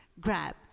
grabbed